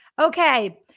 Okay